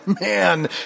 man